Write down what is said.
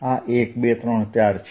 આ 1 2 3 4 છે